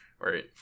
right